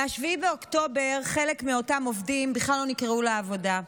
מ-7 באוקטובר חלק מאותם עובדים בכלל לא נקראו לעבודה,